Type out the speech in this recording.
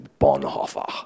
Bonhoeffer